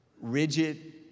rigid